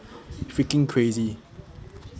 freaking crazy